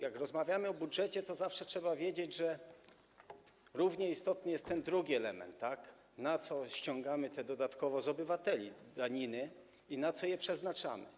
Jak rozmawiamy o budżecie, to zawsze trzeba wiedzieć, że równie istotny jest ten drugi element - na co ściągamy dodatkowo z obywateli te daniny i na co je przeznaczamy.